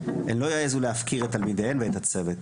הן לא יעזו להפקיר את תלמידיהם ואת הצוות.